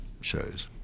shows